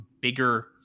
bigger